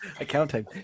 Accounting